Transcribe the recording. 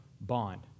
bond